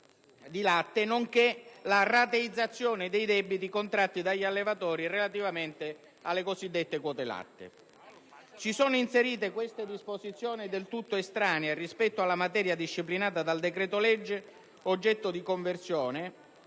di latte, nonché la rateizzazione dei debiti contratti dagli allevatori relativamente alle cosiddette quote latte. Si sono inserite tali disposizioni del tutto estranee rispetto alla materia disciplinata dal decreto-legge oggetto di conversione,